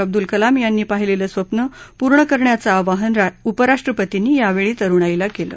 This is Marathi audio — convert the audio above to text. अब्दुल कलाम यांनी पाहिलेलं स्वप्न पूर्ण करण्याचं आवाहन उपराष्ट्रपतींनी यावेळी तरुणाईला केलं